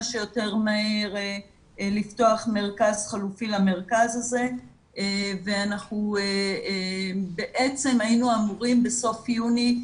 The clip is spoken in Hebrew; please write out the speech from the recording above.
שיותר מהר לפתוח מרכז חלופי למרכז הזה ואנחנו היינו אמורים בסוף יוני,